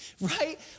Right